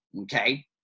okay